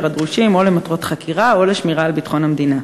הדרושים למטרות חקירה או לשמירה על ביטחון המדינה.